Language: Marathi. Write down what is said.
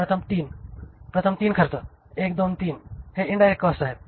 प्रथम 3 खर्च 1 2 3 हे इंडिरेक्ट कॉस्ट आहे